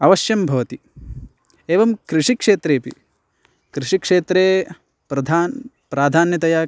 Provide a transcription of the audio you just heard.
अवश्यं भवति एवं कृषिक्षेत्रेपि कृषिक्षेत्रे प्रधान् प्राधान्यतया